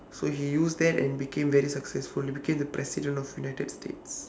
so he use that and became very successful he became the president of united states